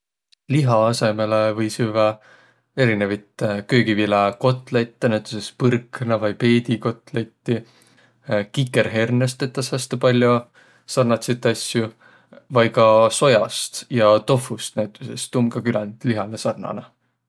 Liha asõmalõ või süvväq erinevit köögiviläkotlette, näütüses põrna- vai peedikotletti, kikerhernest tetäs häste pall'o sarnatsit asju vai ka sojast ja tofust näütüses, tuu om ka küländ lihalõ sarnanõ.